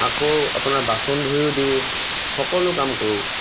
আকৌ আপোনাৰ বাচন ধুইও দিওঁ সকলো কাম কৰোঁ